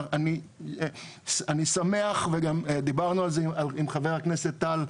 אני שמח וגם דיברנו על זה עם חבר הכנסת טל,